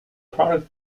product